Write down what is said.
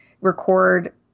record